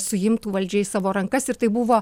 suimtų valdžią į savo rankas ir tai buvo